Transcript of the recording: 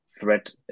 threat